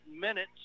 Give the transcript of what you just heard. minutes